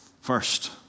First